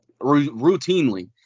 routinely